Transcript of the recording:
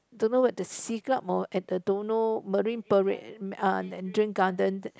don't know at the Siglap or at the don't know Marine Parade uh Mandarin Garden